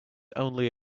only